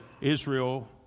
Israel